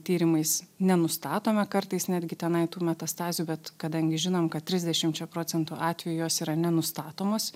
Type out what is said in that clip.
tyrimais nenustatome kartais netgi tenai tų metastazių bet kadangi žinom kad trisdešimčia procentų atvejų jos yra nenustatomos